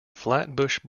flatbush